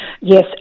Yes